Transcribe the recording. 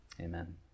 Amen